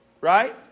Right